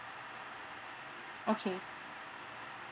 okay